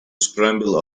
scramble